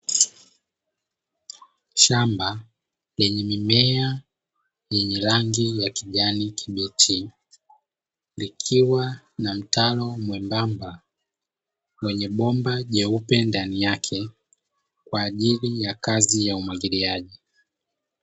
Shamba lenye mimea yenye rangi ya kijani kibichi likiwa na mtaro mwembamba wenye bomba jeupe ndani yake kwa ajili ya kazi ya umwagiliaji.